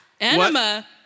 Enema